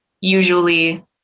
usually